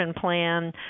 plan